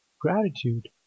Gratitude